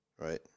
right